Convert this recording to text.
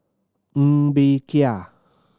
Ng Bee Kia